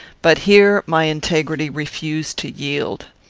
but here my integrity refused to yield.